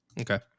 okay